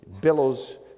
billows